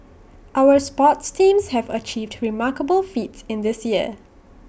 our sports teams have achieved remarkable feats in this year